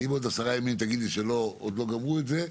אם בעוד עשרה ימים תגיד לי שעוד לא גמרו את זה,